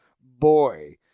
boy